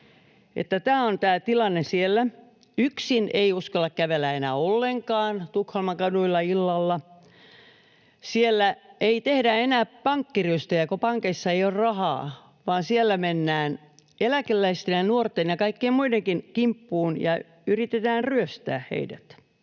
tämä on tilanne siellä. Yksin ei uskalla kävellä enää ollenkaan Tukholman kaduilla illalla. Siellä ei tehdä enää pankkiryöstöjä, kun pankeissa ei ole rahaa, vaan siellä mennään eläkeläisten ja nuorten ja kaikkien muidenkin kimppuun ja yritetään ryöstää heidät.